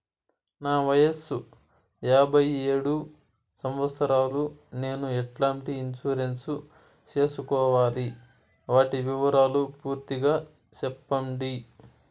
నా వయస్సు యాభై ఏడు సంవత్సరాలు నేను ఎట్లాంటి ఇన్సూరెన్సు సేసుకోవాలి? వాటి వివరాలు పూర్తి గా సెప్పండి?